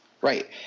Right